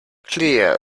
clear